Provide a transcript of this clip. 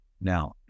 Now